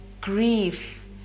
grief